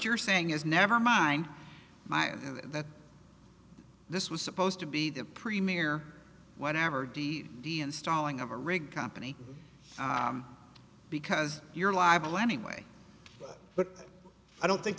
you're saying is never mind my that this was supposed to be the premier whatever de de installing of a rig company because you're liable anyway but i don't think